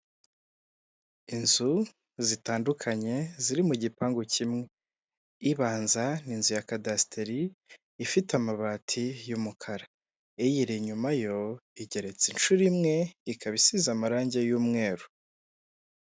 Inzu zitandukanye, ziri mu gipangu kimwe. Ibanza ni inzu ya kadasiteri, ifite amabati y'umukara. Iyiri inyuma yo igereretse inshuro imwe, ikaba isize amarange y'umweru.